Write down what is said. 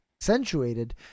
accentuated